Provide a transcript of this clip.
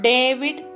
David